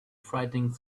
frightening